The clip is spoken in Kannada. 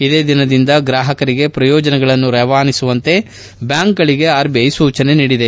ಇದೇ ದಿನದಿಂದ ಗ್ರಾಹಕರಿಗೆ ಪ್ರಯೋಜನಗಳನ್ನು ರವಾನಿಸುವಂತೆ ಬ್ಯಾಂಕ್ ಗಳಿಗೆ ಆರ್ಬಿಐ ಸೂಚಿಸಿದೆ